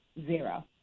zero